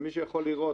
ומי שיכול לראות,